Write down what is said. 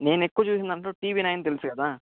నేను ఎక్కువ చూసిందంతా టీవీ నైన్ తెలుసు కదా